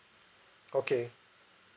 okay